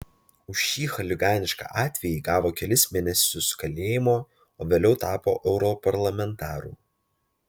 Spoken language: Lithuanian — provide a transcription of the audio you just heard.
už šį chuliganišką atvejį gavo kelis mėnesius kalėjimo o vėliau tapo europarlamentaru